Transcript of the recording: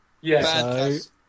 Yes